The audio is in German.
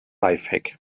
lifehack